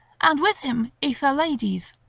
and with him aethalides,